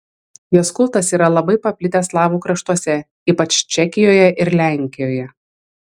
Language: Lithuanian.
jos kultas yra labai paplitęs slavų kraštuose ypač čekijoje ir lenkijoje